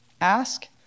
Ask